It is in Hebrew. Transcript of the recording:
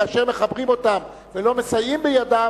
כאשר מחברים אותם ולא מסייעים בידם,